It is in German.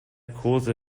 kurse